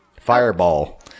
Fireball